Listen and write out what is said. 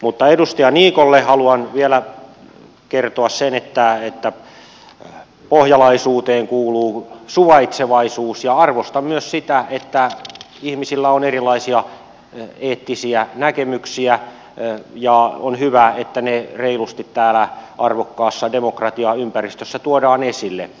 mutta edustaja niikolle haluan vielä kertoa sen että pohjalaisuuteen kuuluu suvaitsevaisuus ja arvostan myös sitä että ihmisillä on erilaisia eettisiä näkemyksiä ja on hyvä että ne reilusti täällä arvokkaassa demokratiaympäristössä tuodaan esille